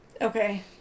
Okay